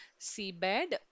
seabed